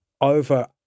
over